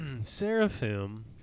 seraphim